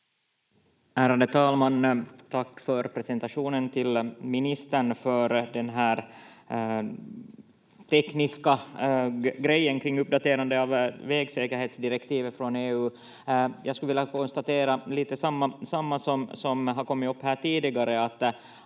ministern, för presentationen av den här tekniska grejen kring uppdaterande av vägsäkerhetsdirektivet från EU. Jag skulle vilja konstatera lite samma som har kommit upp här tidigare,